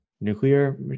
nuclear